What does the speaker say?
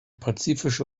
pazifische